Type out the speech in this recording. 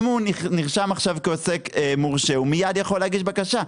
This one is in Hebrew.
אם הוא נרשם עכשיו כעוסק מורשה הוא מיד יכול להגיש בקשה,